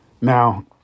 Now